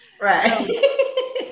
right